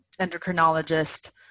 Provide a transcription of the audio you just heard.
endocrinologist